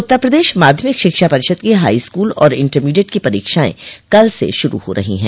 उत्तर प्रदेश माध्यमिक शिक्षा परिषद की हाईस्कूल और इंटरमीडिएट की परीक्षाएं कल से श्रू हो रही हैं